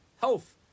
health